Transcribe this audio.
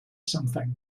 something